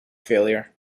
failure